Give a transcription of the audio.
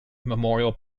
memorial